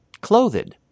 clothed